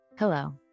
Hello